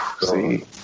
see